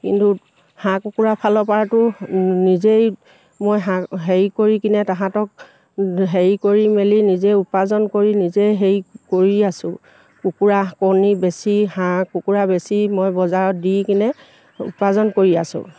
কিন্তু হাঁহ কুকুৰা ফালৰ পৰাতো নিজেই মই হাঁহ হেৰি কৰি কিনে তাহাঁতক হেৰি কৰি মেলি নিজে উপাৰ্জন কৰি নিজে হেৰি কৰি আছোঁ কুকুৰা কণী বেছি হাঁহ কুকুৰা বেছি মই বজাৰত দি কিনে উপাৰ্জন কৰি আছোঁ